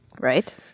Right